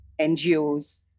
NGOs